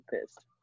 pissed